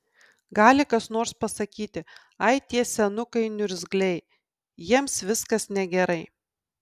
gali kas nors pasakyti ai tie senukai niurzgliai jiems viskas negerai